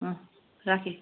राखेँ